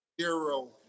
Zero